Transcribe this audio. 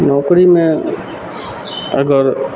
नौकरीमे अगर